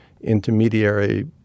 intermediary